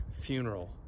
funeral